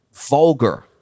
Vulgar